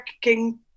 king